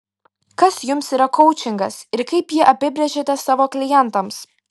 kas jums yra koučingas ir kaip jį apibrėžiate savo klientams